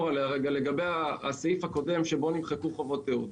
עליה לגבי הסעיף הקודם בו נמחקו חובות תיעוד.